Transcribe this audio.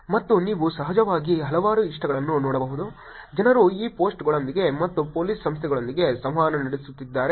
ಮತ್ತು ನೀವು ಸಹಜವಾಗಿ ಹಲವಾರು ಇಷ್ಟಗಳನ್ನು ನೋಡಬಹುದು ಜನರು ಈ ಪೋಸ್ಟ್ಗಳೊಂದಿಗೆ ಮತ್ತು ಪೊಲೀಸ್ ಸಂಸ್ಥೆಗಳೊಂದಿಗೆ ಸಂವಹನ ನಡೆಸುತ್ತಿದ್ದಾರೆ